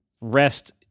rest